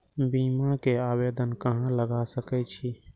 बीमा के आवेदन कहाँ लगा सके छी?